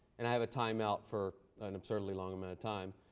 and i have a timeout for an absurdly long amount of time.